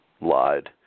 lied